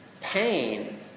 Pain